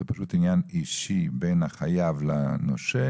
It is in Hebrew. זה פשוט עניין אישי בין החייב לנושה.